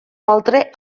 altre